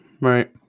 Right